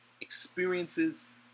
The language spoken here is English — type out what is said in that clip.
experiences